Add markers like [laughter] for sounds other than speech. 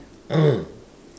[coughs]